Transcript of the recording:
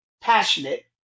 passionate